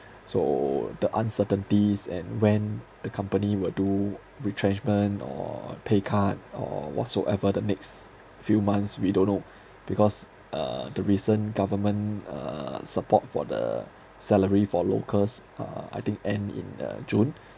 so the uncertainties and when the company will do retrenchment or pay cut or whatsoever the next few months we don't know because uh the recent government uh support for the salary for locals uh I think end in uh june